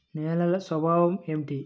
నేలల స్వభావం ఏమిటీ?